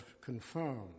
confirmed